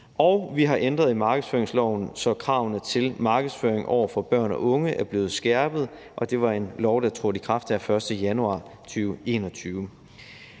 og vi har ændret i markedsføringsloven, så kravene til markedsføring over for børn og unge er blevet skærpet, og det var en lov, der trådte i kraft den 1. januar 2021.